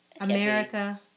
America